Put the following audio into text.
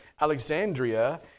Alexandria